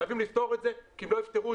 חייבים לפתור את זה כי אם לא יפתרו,